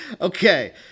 Okay